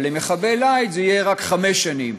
אבל למחבל לייט זה יהיה רק חמש שנים.